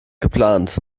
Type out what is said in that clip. geplant